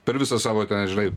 per visą savo ten žinai